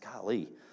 Golly